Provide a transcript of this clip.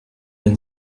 been